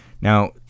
now